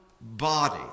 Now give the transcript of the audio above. body